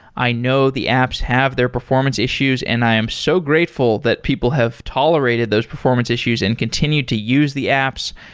i know the apps have their performance issues and i am so grateful that people have tolerated those performance issues and continued to use the apps.